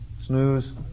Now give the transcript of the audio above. Snooze